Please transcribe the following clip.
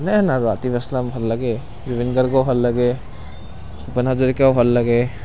মানে আটিফ আছলাম ভাল লাগে জুবিন গাৰ্গো ভাল লাগে ভূপেন হাজৰিকাও ভাল লাগে